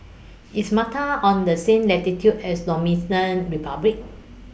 IS Malta on The same latitude as Dominican Republic